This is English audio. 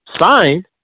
signed